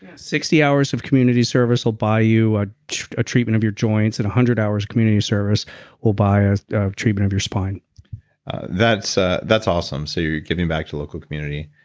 sixty hours of community service will buy you ah a treatment of your joints and one hundred hours community service will buy ah a treatment of your spine that's ah that's awesome. so you're giving back to local community,